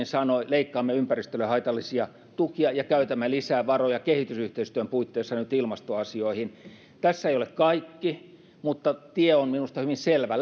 sanoi leikkaamme ympäristölle haitallisia tukia ja käytämme lisää varoja kehitysyhteistyön puitteissa nyt ilmastoasioihin tässä ei ole kaikki mutta tie on minusta hyvin selvä